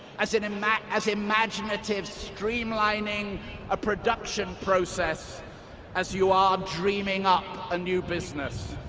as in mat, as imaginative streamlining a production process as you are dreaming up ah new business.